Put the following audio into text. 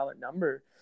number